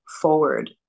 forward